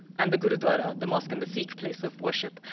and the gurudwara, the mosque and the sikh place of worship.